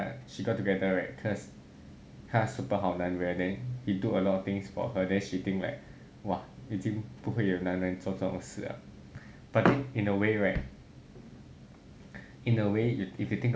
she got together right cause 他 super 好男人 then he did a lot of things for her then she thinking like !wah! 已经不会有男人做这种事了 but I think in a way right in a way if you think